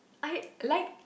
I like